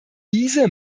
diese